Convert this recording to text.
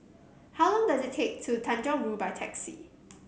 how long does it take to Tanjong Rhu by taxi